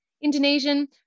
Indonesian